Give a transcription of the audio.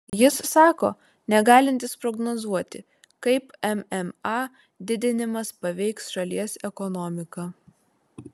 jis sako negalintis prognozuoti kaip mma didinimas paveiks šalies ekonomiką